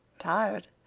tired!